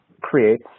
creates